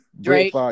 Drake